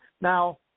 now